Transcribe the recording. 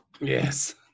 Yes